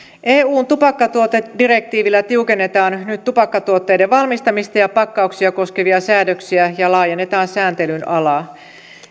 eun tupakkatuotedirektiivillä tiukennetaan nyt tupakkatuotteiden valmistamista ja pakkauksia koskevia säädöksiä ja laajennetaan sääntelyn alaa